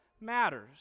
matters